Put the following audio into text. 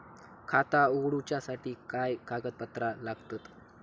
खाता उगडूच्यासाठी काय कागदपत्रा लागतत?